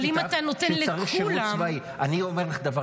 אבל אם אתה נותן לכולם ---- אני אומר לך דבר